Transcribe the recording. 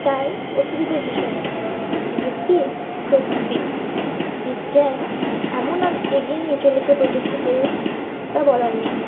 তাই অসুবিধার কিছু নেই প্রযুক্তি সত্যি বিজ্ঞান এমন এগিয়ে নিয়ে চলেছে প্রযুক্তিকে তা বলার নেই